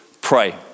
pray